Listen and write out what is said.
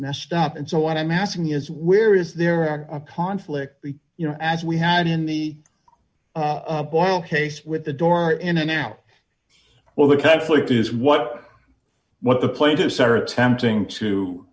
messed up and so what i'm asking is where is there a conflict you know as we had in the case with the door in a now well the conflict is what what the plaintiffs are attempting to